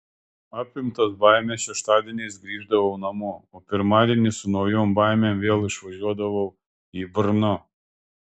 apimtas baimės šeštadieniais grįždavau namo o pirmadienį su naujom baimėm vėl išvažiuodavau į brno